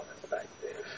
perspective